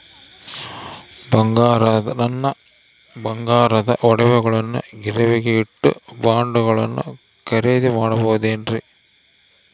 ನನ್ನ ಬಂಗಾರದ ಒಡವೆಗಳನ್ನ ಗಿರಿವಿಗೆ ಇಟ್ಟು ಬಾಂಡುಗಳನ್ನ ಖರೇದಿ ಮಾಡಬಹುದೇನ್ರಿ?